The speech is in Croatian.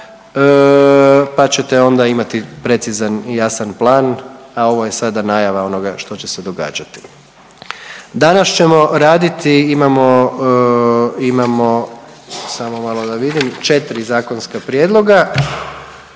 pa ćete onda imati precizan i jasan plan, a ovo je sada najava onoga što će se događati. Danas ćemo raditi imamo samo malo da vidim četri zakonska prijedloga,